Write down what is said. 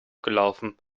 gelaufen